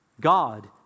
God